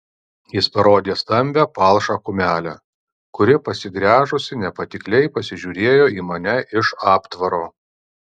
jis parodė stambią palšą kumelę kuri pasigręžusi nepatikliai pasižiūrėjo į mane iš aptvaro